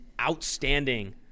Outstanding